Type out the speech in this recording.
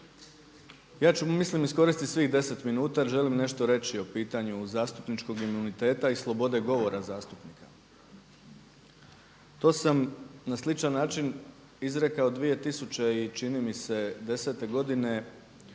Ja ću mislim iskoristiti svih deset minuta jer želim nešto reći o pitanju zastupničkog imuniteta i slobode govora zastupnika. To sam na sličan način izrekao čini mi se 2010. godine